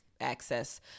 access